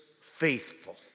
faithful